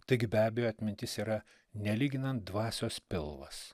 taigi be abejo atmintis yra nelyginant dvasios pilvas